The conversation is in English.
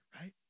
right